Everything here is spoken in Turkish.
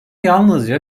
yalnızca